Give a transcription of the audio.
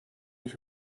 ich